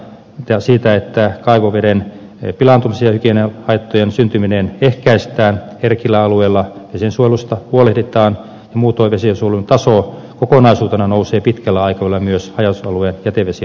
varmistuminen siitä että kaivoveden pilaantuminen ja hygieniahaittojen syntyminen ehkäistään herkillä alueilla vesiensuojelusta huolehditaan ja muutoin vesiensuojelun taso kokonaisuutena nousee pitkällä aikavälillä myös haja asutusalueiden jätevesien osalta